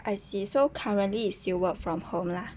I see so currently it's still work from home lah